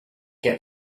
get